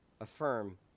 affirm